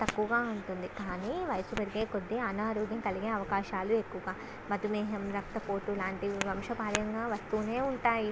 తక్కువగా ఉంటుంది కానీ వయసు పెరిగే కొద్దీ అనారోగ్యం కలిగే అవకాశాలు ఎక్కువగా మధుమేహం రక్తపోటు వంటి లాంటివి వంశపార్యంగా వస్తూనే ఉంటాయి